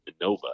nova